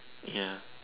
yeah